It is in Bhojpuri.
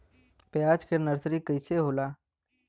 प्याज के नर्सरी कइसे होला?